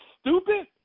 stupid